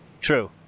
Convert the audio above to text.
True